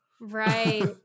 Right